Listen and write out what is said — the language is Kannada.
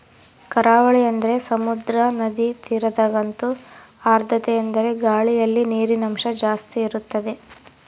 ಕರಾವಳಿ ಅಂದರೆ ಸಮುದ್ರ, ನದಿ ತೀರದಗಂತೂ ಆರ್ದ್ರತೆಯೆಂದರೆ ಗಾಳಿಯಲ್ಲಿ ನೀರಿನಂಶ ಜಾಸ್ತಿ ಇರುತ್ತದೆ